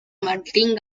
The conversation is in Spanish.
martín